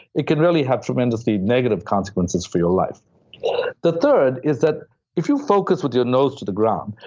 it can really have tremendously negative consequences for your life yeah the third is that if you focus with your nose to the ground,